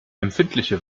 empfindliche